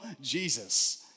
Jesus